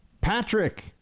Patrick